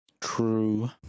True